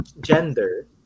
gender